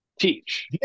Teach